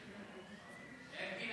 הסתייגות 18, הצבעה.